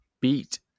beat